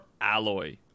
alloy